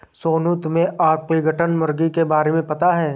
सोनू, तुम्हे ऑर्पिंगटन मुर्गी के बारे में पता है?